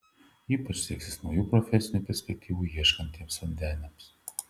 ypač seksis naujų profesinių perspektyvų ieškantiems vandeniams